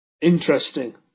Interesting